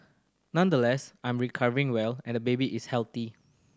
nonetheless I'm recovering well and baby is healthy